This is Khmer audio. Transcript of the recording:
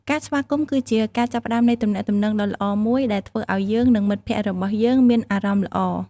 ការស្វាគមន៍គឺជាការចាប់ផ្តើមនៃទំនាក់ទំនងដ៏ល្អមួយដែលធ្វើឲ្យយើងនិងមិត្តភក្តិរបស់យើងមានអារម្មណ៍ល្អ។